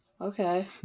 Okay